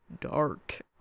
dark